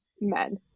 men